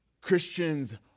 Christians